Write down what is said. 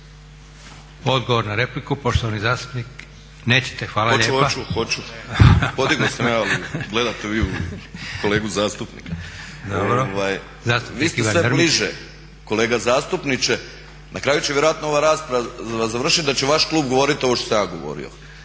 Odgovor na repliku? Nećete? Hvala lijepo. … /Upadica Drmić: Hoću, hoću. Podigao sam ja ali gledate vi u kolegu zastupnika./… Dobro. Zastupnik Ivan Drmić. **Drmić, Ivan (HDSSB)** Vi ste sve bliže kolega zastupniče, na kraju će vjerojatno ova rasprava završiti da će vaš klub govoriti ovo što sam ja govorio.